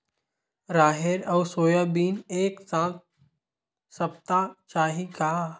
राहेर अउ सोयाबीन एक साथ सप्ता चाही का?